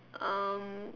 um